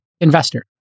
investor